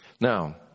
Now